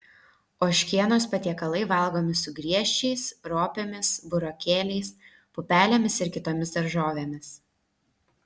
ožkienos patiekalai valgomi su griežčiais ropėmis burokėliais pupelėmis ir kitomis daržovėmis